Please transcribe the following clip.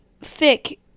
thick